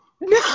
No